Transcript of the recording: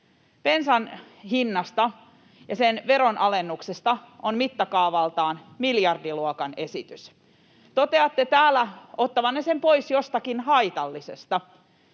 bensan hinnasta ja sen veronalennuksesta on mittakaavaltaan miljardiluokan esitys. Toteatte täällä ottavanne sen pois jostakin haitallisesta.